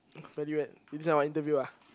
value add this one what interview ah